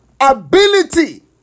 ability